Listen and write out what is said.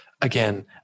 again